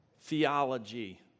theology